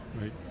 right